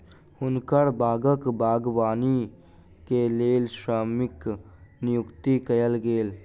हुनकर बागक बागवानी के लेल श्रमिक नियुक्त कयल गेल